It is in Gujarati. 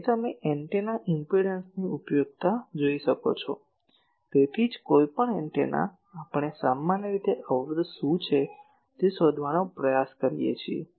તેથી તમે એન્ટેના ઇમ્પેડંસની ઉપયોગિતા જુઓ છો તેથી જ કોઈપણ એન્ટેના આપણે સામાન્ય રીતે અવરોધ શું છે તે શોધવાનો પ્રયાસ કરીએ છીએ